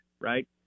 right